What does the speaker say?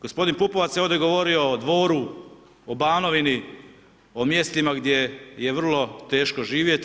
Gospodin Pupovac je ovdje govorio o Dvoru, o Banovini, o mjestima gdje je vrlo teško živjeti.